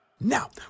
Now